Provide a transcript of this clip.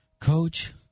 Coach